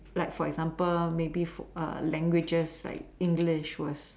like for example maybe languages like English was